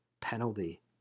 penalty